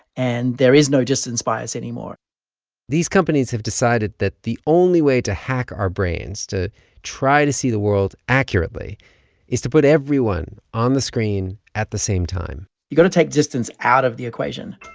and there is no distance bias anymore these companies have decided that the only way to hack our brains to try to see the world accurately is to put everyone on the screen at the same time you've got to take distance out of the equation